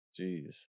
Jeez